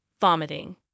vomiting